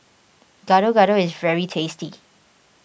Gado Gado is very tasty